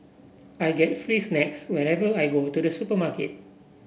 I get free snacks whenever I go to the supermarket